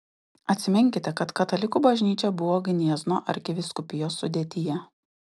atsiminkite kad katalikų bažnyčia buvo gniezno arkivyskupijos sudėtyje